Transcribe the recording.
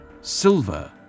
silver